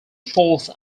falls